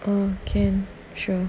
okay can sure